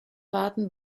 warten